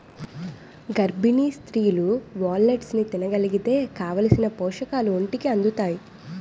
గర్భిణీ స్త్రీలు వాల్నట్స్ని తినగలిగితే కావాలిసిన పోషకాలు ఒంటికి అందుతాయి